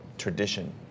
tradition